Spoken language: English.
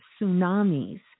tsunamis